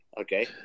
Okay